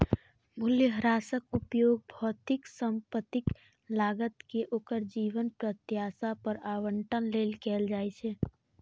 मूल्यह्रासक उपयोग भौतिक संपत्तिक लागत कें ओकर जीवन प्रत्याशा पर आवंटन लेल कैल जाइ छै